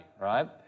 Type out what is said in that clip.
right